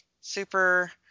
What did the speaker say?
super